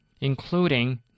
including